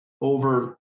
over